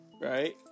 Right